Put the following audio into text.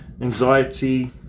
anxiety